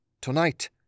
Tonight